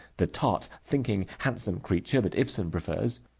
the tart, thinking, handsome creature that ibsen prefers.